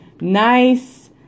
nice